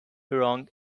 wrong